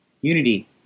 Unity